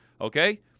Okay